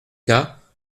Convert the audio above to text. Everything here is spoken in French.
cas